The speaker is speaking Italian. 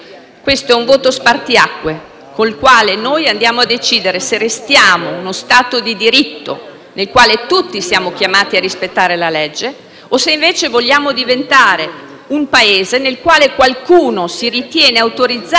nel quale tutti siamo chiamati a rispettare la legge, o se invece vogliamo diventare un Paese nel quale qualcuno si ritiene autorizzato a violare le leggi, magari adducendo il fatto di essere legittimato dal voto popolare.